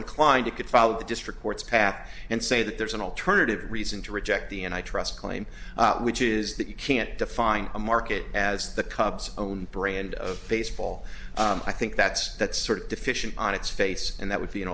inclined it could follow the district court's path and say that there's an alternative reason to read check the end i trust claim which is that you can't define a market as the cubs own brand of baseball i think that's that sort of deficient on its face and that would be an